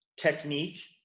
technique